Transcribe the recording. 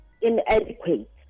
inadequate